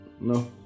No